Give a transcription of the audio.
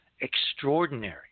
Extraordinary